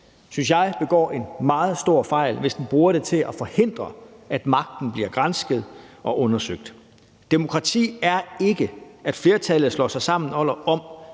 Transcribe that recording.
synes jeg, en meget stor fejl, hvis den bruger det til at forhindre, at magten bliver gransket og undersøgt. Demokrati er ikke, at flertallet slår sig sammen om,